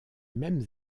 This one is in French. mêmes